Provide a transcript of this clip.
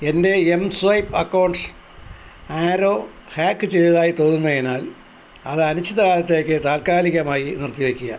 എന്റെ M swipe account ആരോ hack ചെയ്തതായി തോന്നുന്നതിനാൽ അത് അനിശ്ചിത കാലത്തേക്ക് താൽക്കാലികമായി നിർത്തി വയ്ക്കുക